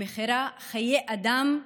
שמחירה חיי אדם,